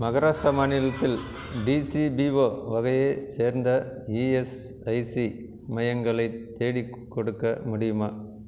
மகாராஷ்டிரா மாநிலத்தில் டிசிபிஓ வகையைச் சேர்ந்த இஎஸ்ஐசி மையங்களை தேடிக்கொடுக்க முடியுமா